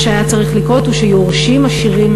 מה שהיה צריך לקרות הוא שיורשים עשירים